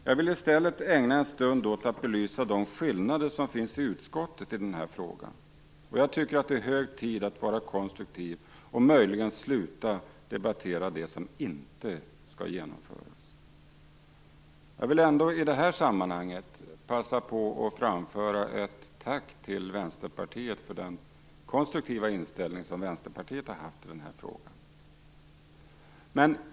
Jag vill i stället ägna en stund åt att belysa de skillnader som finns i utskottet i den här frågan. Jag tycker att det är hög tid att vara konstruktiv och möjligen sluta att debattera det som inte skall genomföras. Jag vill ändå i det här sammanhanget passa på och framföra ett tack till Vänsterpartiet för den konstruktiva inställning man har haft i den här frågan.